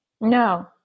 No